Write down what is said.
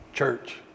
church